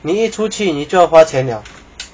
你出去你就要花钱 liao